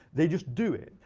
they just do it.